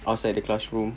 outside the classroom